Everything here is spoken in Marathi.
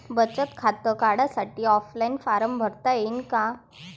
बचत खातं काढासाठी ऑफलाईन फारम भरता येईन का?